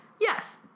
Yes